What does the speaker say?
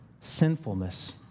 sinfulness